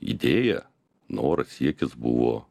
idėja noras siekis buvo